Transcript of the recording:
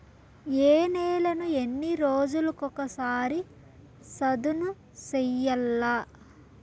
ఏ నేలను ఎన్ని రోజులకొక సారి సదును చేయల్ల?